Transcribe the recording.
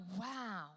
wow